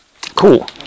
cool